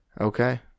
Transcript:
Okay